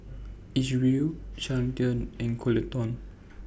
Isreal Carleton and Coleton